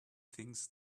things